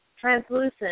translucent